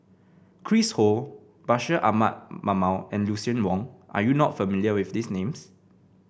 Chris Ho Bashir Ahmad Mallal and Lucien Wang are you not familiar with these names